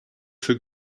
für